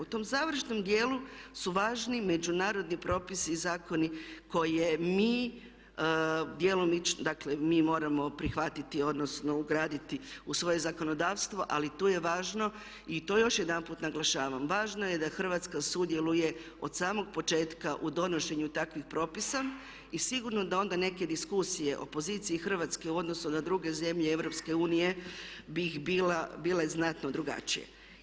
U tom završnom dijelu su važni međunarodni propisi i zakoni koje mi djelomično, dakle mi moramo prihvatiti odnosno ugraditi u svoje zakonodavstvo ali tu je važno i to još jedanput naglašavam važno je da Hrvatska sudjeluje od samog početka u donošenju takvih propisa i sigurno da onda neke diskusije o poziciji Hrvatske u odnosu na druge zemlje Europske unije bi bile znatno drugačije.